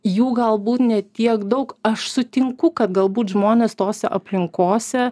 jų galbūt ne tiek daug aš sutinku kad galbūt žmonės tose aplinkose